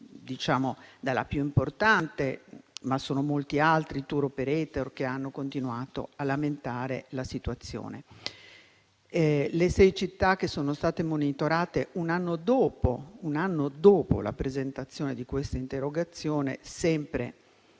Confindustria e Assoviaggi, ma sono molti i *tour operator* che hanno continuato a lamentare la situazione. Le sei città che sono state monitorate un anno dopo la presentazione di quest'interrogazione, sempre